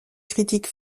critique